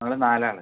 ഞങ്ങൾ നാലാൾ